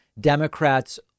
Democrats